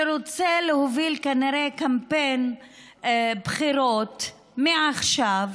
שרוצה להוביל כנראה קמפיין בחירות מעכשיו,